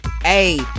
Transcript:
hey